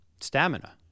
stamina